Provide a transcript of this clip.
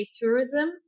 tourism